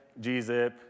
Gzip